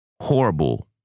horrible